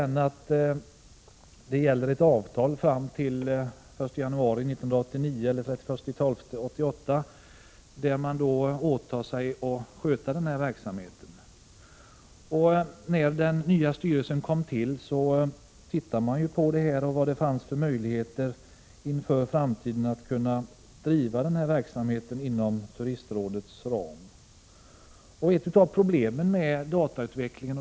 Nu gäller ett avtal fram t.o.m. den 31 december 1988, där man åtagit sig att sköta denna verksamhet. När den nya styrelsen kom till undersökte man vad det fanns för möjligheter inför framtiden att driva verksamheten inom Turistrådets ram. Ett av problemen är datautvecklingen.